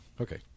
Okay